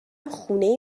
خونه